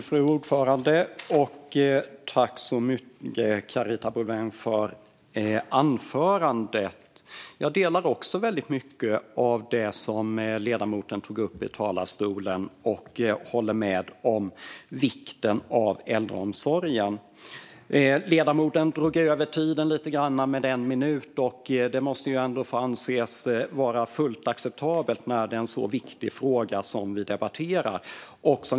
Fru talman! Tack, Carita Boulwén, för anförandet! Jag instämmer i mycket av det som ledamoten tog upp i talarstolen och håller med om vikten av äldreomsorgen. Ledamoten drog över tiden med en minut. Det måste anses vara fullt acceptabelt när det är en så viktig fråga som vi debatterar.